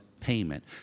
payment